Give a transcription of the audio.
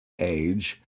age